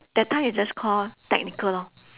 that time is just call technical lor